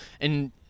and-